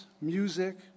music